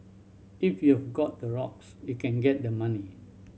if you've got the rocks you can get the money